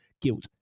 guilt